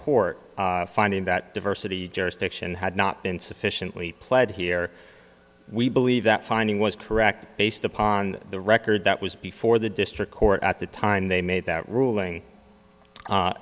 court finding that diversity jurisdiction had not been sufficiently pled here we believe that finding was correct based upon the record that was before the district court at the time they made that ruling